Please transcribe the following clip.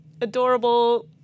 adorable